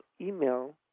email